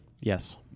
Yes